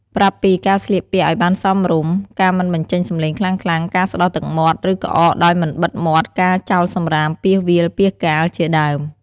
ប្រាប់់ពីការស្លៀកពាក់ឱ្យបានសមរម្យ ការមិនបញ្ចេញសំឡេងខ្លាំងៗ ការស្ដោះទឹកមាត់ ឬក្អកដោយមិនបិទមាត់ការចោលសំរាមពាសវាលពាសកាលជាដើម។